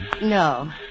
No